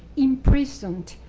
imprisoned,